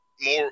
more